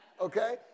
okay